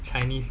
chinese